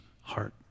heart